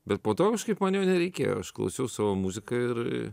bet po to kažkaip man jo nereikėjo aš klausiau savo muziką ir